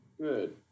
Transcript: good